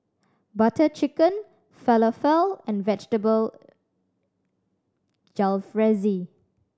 Butter Chicken Falafel and Vegetable Jalfrezi